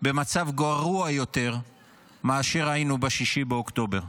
במצב גרוע יותר מאשר היינו ב-6 באוקטובר.